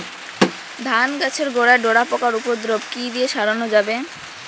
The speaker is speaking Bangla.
ধান গাছের গোড়ায় ডোরা পোকার উপদ্রব কি দিয়ে সারানো যাবে?